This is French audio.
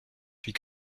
puis